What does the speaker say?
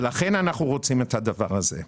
לכן אנחנו רוצים את הדבר הזה.